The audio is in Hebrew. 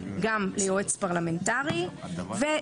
גם ליועץ פרלמנטרי." כמו כן,